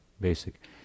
basic